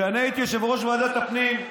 כשאני הייתי יושב-ראש ועדת הפנים,